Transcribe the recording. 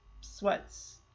sweats